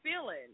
feeling